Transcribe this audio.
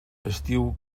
estiu